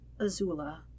Azula